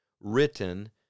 written